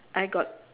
I got